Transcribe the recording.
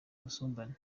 ubusumbane